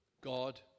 God